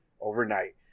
overnight